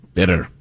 Bitter